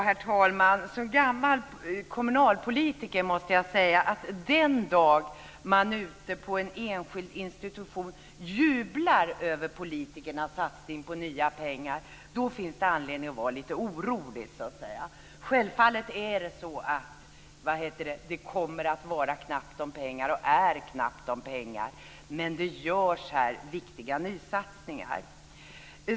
Herr talman! Som gammal kommunalpolitiker måste jag säga att den dag som man ute på en enskild institution jublar över politikernas satsning på nya pengar finns det anledning att vara lite orolig. Självfallet är det så att det kommer att vara och är knappt om pengar. Men det görs här viktiga nysatsningar.